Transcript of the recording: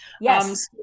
Yes